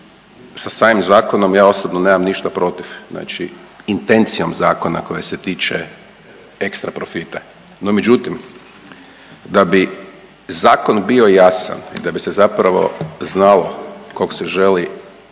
sa samim zakonom ja osobno nemam ništa protiv, znači intencijom zakona koja se tiče ekstra profita. No međutim da bi zakon bio jasan i da bi se zapravo znalo kog se želi dodatno